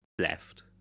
left